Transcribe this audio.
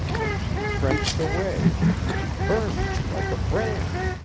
and she wrenched away, and she burned me like a brand.